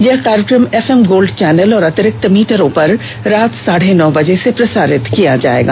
यह कार्यक्रम F M gold channel और अतिरिक्त मीटरों पर रात साढ़े नौ बजे से प्रसारित किया जायेगा